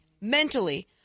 mentally